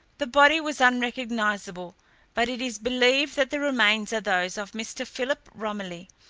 the body was unrecognisable but it is believed that the remains are those of mr. philip romilly,